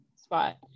spot